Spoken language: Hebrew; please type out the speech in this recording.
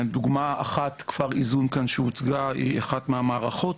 דוגמא אחת כפר איזון כאן שהוצגה היא אחת מהמערכות,